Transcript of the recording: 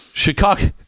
Chicago